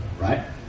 right